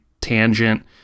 tangent